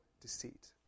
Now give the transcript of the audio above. deceit